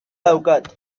daukat